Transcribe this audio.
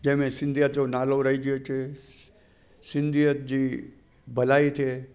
जंहिंमें सिंधियत जो नालो रहिजी अचे सिंधियत जी भलाई थिए